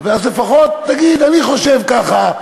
אז לפחות תגיד: אני חושב ככה.